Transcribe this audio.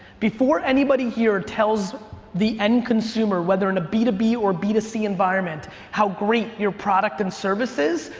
before anybody here tells the end consumer whether in a b to b or b to c environment how great your product and service is,